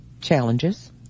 challenges